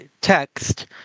text